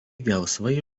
gelsvai